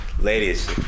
Ladies